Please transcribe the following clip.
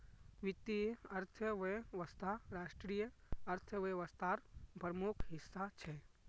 वीत्तिये अर्थवैवस्था राष्ट्रिय अर्थ्वैवास्थार प्रमुख हिस्सा छे